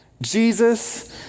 Jesus